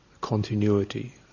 continuity